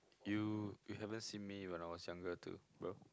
you you haven't seen me when I was younger too bro